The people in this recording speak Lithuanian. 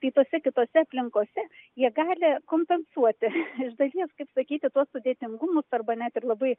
tai tose kitose kitose aplinkose jie gali kompensuoti iš dalies kaip sakyti tuos sudėtingumus arba net ir labai